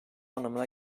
anlamına